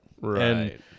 Right